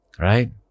Right